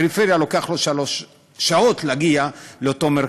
לוקח לו שלוש שעות להגיע לאותו מרכז.